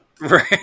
right